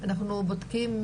אנחנו בודקים,